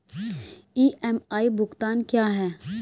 EMI भुगतान क्या है?